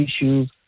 issues